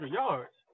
yards